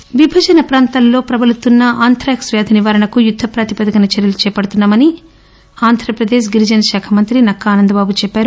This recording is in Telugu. ఆంథ్రాక్స్ విభజన ప్రాంతాల్లో ప్రభళుతున్న ఆంథ్రాక్స్ వ్యాధి నివారణకు యుద్ద ప్రాతిపదికన చర్యలు చేపడుతున్నా మని ఆంధ్రప్రదేశ్ గిరిజన శాఖ మంత్రి నక్కా ఆనందబాబు తెలిపారు